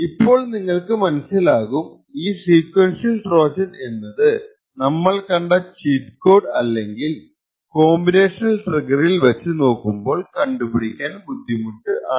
ഇപ്പോൾ നിങ്ങള്ക്ക് മനസ്സിലാകും ഈ സീക്വൻഷ്യൽ ട്രോജൻ എന്നത് നമ്മൾ കണ്ട ചീറ്റ് കോഡ് അല്ലെങ്കിൽ കോമ്പിനേഷണൽ ട്രിഗ്ഗറിൽ വച്ച് നോക്കുമ്പോൾ കണ്ടുപിടിക്കാൻ ബുദ്ധിമുട്ടാണ്